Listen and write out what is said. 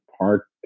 Park